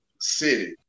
city